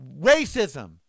Racism